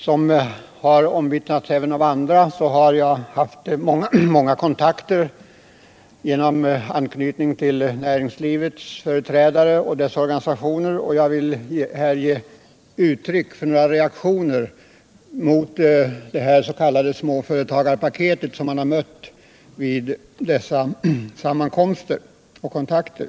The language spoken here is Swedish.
Det har omvittnats av andra talare att jag har haft många kontakter Nr 56 med näringslivets företrädare och dess organisationer, och jag vill här Lördagen den ge uttryck för några reaktioner med anledning av det här s.k. småfö 17 december 1977 retagspaketet, som jag har fått del av vid dessa sammankomster och kontakter.